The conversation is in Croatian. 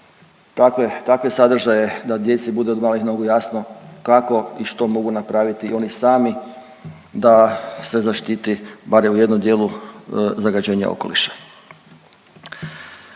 takve sadržaje da djeci bude od malih nogu jasno kako i što mogu napraviti oni sami da se zaštiti barem u jednom dijelu zagađenja okoliša.